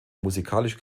musikalische